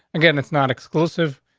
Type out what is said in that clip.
again, it's not exclusive,